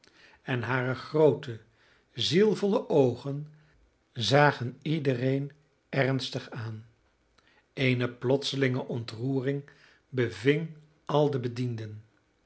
en hare groote zielvolle oogen zagen iedereen ernstig aan eene plotselinge ontroering beving al de bedienden